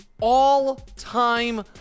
All-time